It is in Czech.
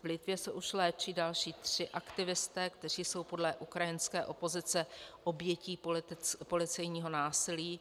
V Litvě se už léčí další tři aktivisté, kteří jsou podle ukrajinské opozice obětí policejního násilí.